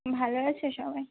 ভালো আছে সবাই